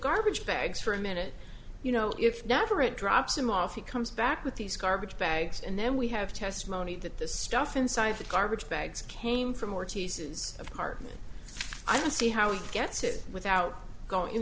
garbage bags for a minute you know if never it drops him off he comes back with these garbage bags and then we have testimony that the stuff inside of the garbage bags came from ortiz's apartment i don't see how he gets it without going in